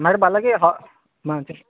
madam అలాగే హా చెప్పు